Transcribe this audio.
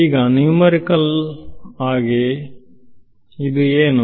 ಈಗ ನ್ಯೂಮರಿಕಲ್ ವಾಗಿ ಅದು ಏನು